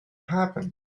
happen